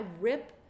rip